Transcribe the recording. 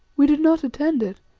we did not attend it,